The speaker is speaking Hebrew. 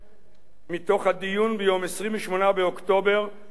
מתוך הדיון ביום 28 באוקטובר 1979,